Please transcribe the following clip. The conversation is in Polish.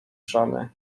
żony